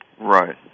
Right